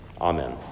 Amen